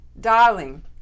darling